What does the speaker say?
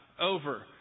over